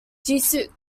jesuit